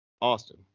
Austin